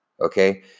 okay